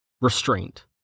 Restraint